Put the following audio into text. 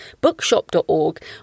bookshop.org